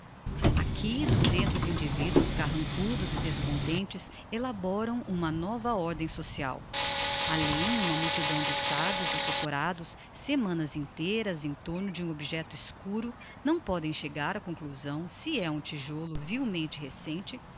aqui duzentos individuos carrancudos e descontentes elaboram uma nova ordem social além uma multidão de sabios acocorados semanas inteiras em torno de um objecto escuro não pódem chegar á conclusão se é um tijolo vilmente recente